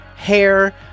hair